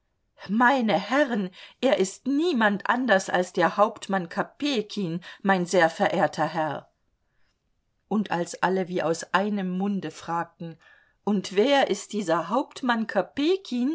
meine herren er ist niemand anders als der hauptmann kopejkin mein sehr verehrter herr und als alle wie aus einem munde fragten und wer ist dieser hauptmann